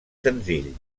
senzills